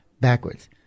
backwards